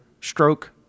stroke